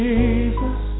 Jesus